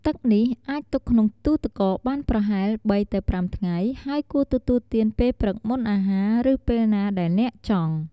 ទឹកនេះអាចទុកក្នុងទូទឹកកកបានប្រហែល ៣-៥ ថ្ងៃ ហើយគួរទទួលទានពេលព្រឹកមុនអាហារ ឬពេលណាដែលអ្នកចង់។